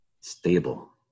stable